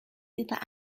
über